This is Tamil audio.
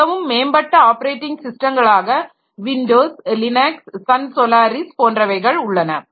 மிகவும் மேம்பட்ட ஆப்பரேட்டிங் ஸிஸ்டங்களாக விண்டோஸ் லினக்ஸ் ஸன் ஸேலாரிஸ் போன்றவைகள் உள்ளன